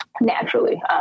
naturally